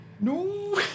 No